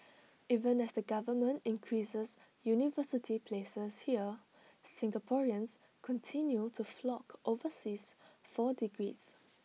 even as the government increases university places here Singaporeans continue to flock overseas for degrees